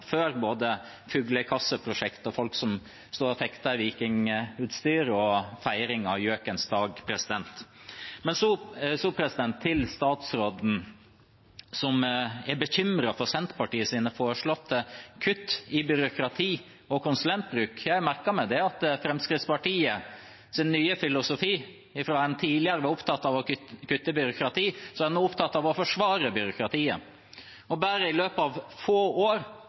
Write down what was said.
før, med både fuglekasseprosjekt og folk som står og fekter i vikingutstyr og feiring av gjøkens dag. Så til statsråden, som er bekymret for Senterpartiets foreslåtte kutt i byråkrati og konsulentbruk. Jeg har merket meg Fremskrittspartiets nye filosofi: Der en tidligere var opptatt av å kutte byråkratiet, er en nå opptatt av å forsvare byråkratiet. Regjeringens egne tall viser at bare i løpet av få år